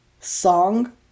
song